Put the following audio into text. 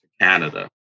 Canada